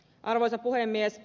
arvoisa puhemies